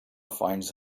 finds